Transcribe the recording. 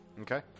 Okay